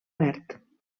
verd